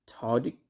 Todd